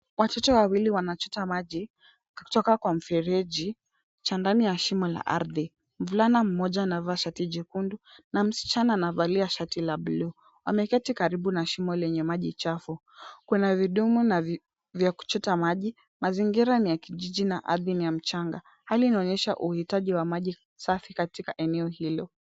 Watoto wawili wanachota maji kutoka kwa mfereji chandani ya shimo la ardhi. Mvulana mmoja anavaa shati jekundu na msichana anavalia shati la buluu. Wameketi karibu na shimo lenye maji chafu. Kuna vidumu vya kuchota maji. Mazingira ni ya kijiji na ardhi ni ya mchanga. Hali inaonyesha uhitaji wa maji safi katika eneo hilo.